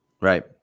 Right